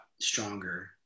stronger